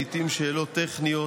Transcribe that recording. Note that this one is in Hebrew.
לעיתים שאלות טכניות.